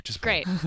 Great